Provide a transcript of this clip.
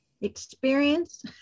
Experience